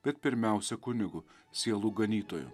bet pirmiausia kunigu sielų ganytoju